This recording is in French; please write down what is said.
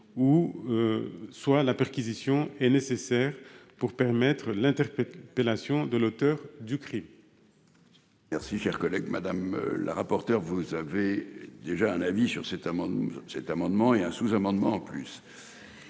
; soit la perquisition est nécessaire pour permettre l'interpellation de l'auteur du crime.